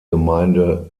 gemeinde